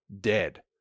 dead